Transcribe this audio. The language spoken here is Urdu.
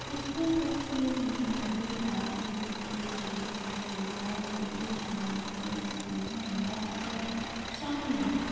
اس کے تشکیل میں عربی فارسی ترکی سنسکرت ہندی اور انگریزی سمیت کئی زبان کا گہرا عصر شامل ہے